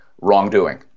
wrongdoing